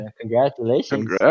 Congratulations